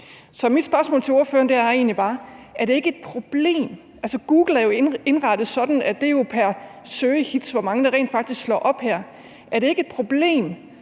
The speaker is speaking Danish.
Så mit spørgsmål til ordføreren er egentlig bare, om det ikke er et problem. Altså, Google er jo indrettet sådan, at det er pr. søgehit, altså hvor mange der rent faktisk slår op her. Er det ikke et problem,